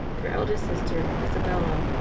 their eldest sister, isabella,